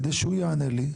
כדי שהוא יענה לי.